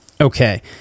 Okay